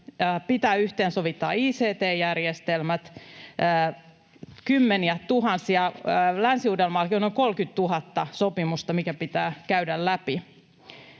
pitää yhteensovittaa ict-järjestelmät, kymmeniätuhansia sopimuksia — Länsi-Uudellamaallakin on noin 30 000 sopimusta, mitkä pitää käydä läpi.